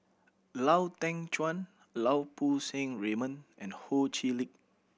Lau Teng Chuan Lau Poo Seng Raymond and Ho Chee Lick